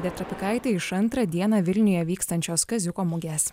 giedė trapikaitė iš antrą dieną vilniuje vykstančios kaziuko mugės